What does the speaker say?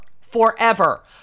Forever